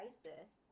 Isis